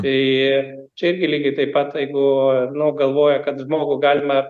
tai čia irgi lygiai taip pat jeigu nu galvoja kad žmogų galima